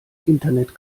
internet